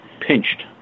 pinched